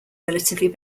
relatively